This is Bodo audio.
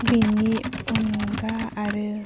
बिनि अनगा आरो